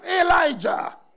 Elijah